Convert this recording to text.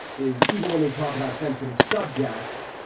is even when they talk about sensitive subjects,